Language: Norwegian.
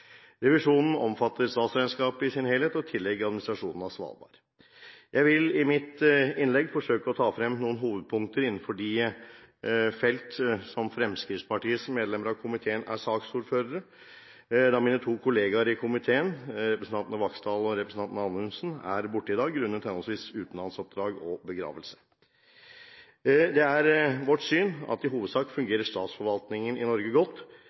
Revisjonen omfatter statsregnskapet i sin helhet og i tillegg administrasjonen av Svalbard. Jeg vil i mitt innlegg forsøke å ta frem noen hovedpunkter innenfor de felt som Fremskrittspartiets medlemmer av komiteen er saksordførere for, da mine to kolleger i komiteen, representanten Vaksdal og representanten Anundsen, er borte i dag grunnet henholdsvis utenlandsoppdrag og begravelse. Det er vårt syn at i hovedsak fungerer statsforvaltningen i Norge godt,